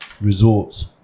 resorts